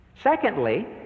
Secondly